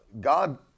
God